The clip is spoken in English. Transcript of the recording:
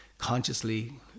consciously